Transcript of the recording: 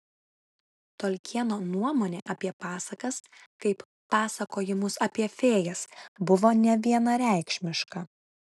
tolkieno nuomonė apie pasakas kaip pasakojimus apie fėjas buvo nevienareikšmiška